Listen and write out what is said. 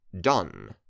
done